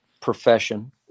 profession